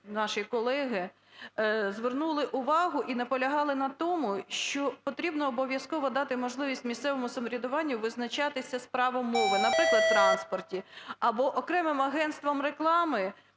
наші колеги звернули увагу і наполягали на тому, що потрібно обов'язково дати можливість місцевому самоврядуванню визначатися з правом мови, наприклад, в транспорті або окремим агентством реклами